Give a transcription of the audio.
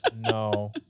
no